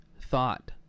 thought